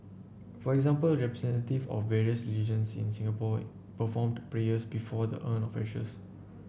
for example representative of various religions in Singapore performed prayers before the urn of ashes